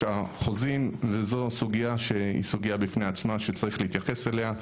החוזים וזו סוגיה שהיא סוגיה בפני עצמה שצריך להתייחס אליה.